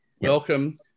welcome